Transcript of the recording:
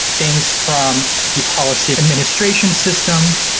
things from the policy administration system,